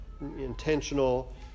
intentional